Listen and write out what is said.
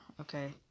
okay